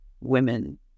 women